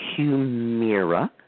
Humira